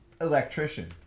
electrician